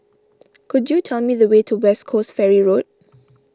could you tell me the way to West Coast Ferry Road